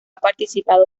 participado